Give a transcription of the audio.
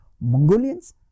Mongolians